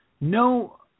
No